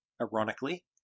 ironically